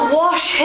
wash